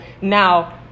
now